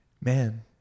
man